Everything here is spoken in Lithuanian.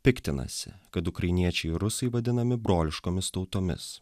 piktinasi kad ukrainiečiai rusai vadinami broliškomis tautomis